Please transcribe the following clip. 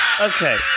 okay